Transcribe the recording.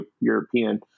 European